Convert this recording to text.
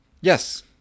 Yes